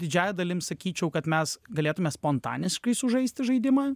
didžiąja dalim sakyčiau kad mes galėtume spontaniškai sužaisti žaidimą